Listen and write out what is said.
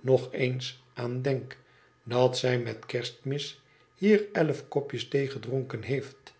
nog aan denk dat zij met kerstmis hier elf kopjes thee gedronken heeft